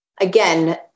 again